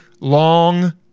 long